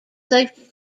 safety